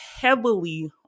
heavily